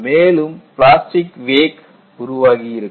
மேலும் பிளாஸ்டிக் வேக் உருவாகியிருக்கும்